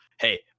hey